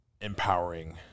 empowering